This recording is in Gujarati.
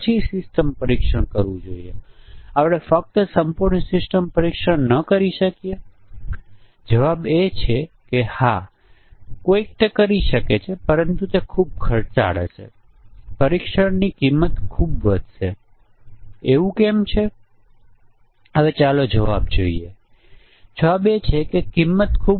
આ પરિભાષા મુજબ ઇનપુટ પરિમાણોના t સંયોજનથી ટી વે ફોલ્ટ સર્જાય છે અને તમે એમ કહી રહ્યા છો કે જો આપણે 5 વે ખામી ધ્યાનમાં લઈએ તો બધા સંભવિત ભૂલો વ્યવહારિક સોફ્ટવેરમાં મળી જાય